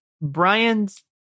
Brian's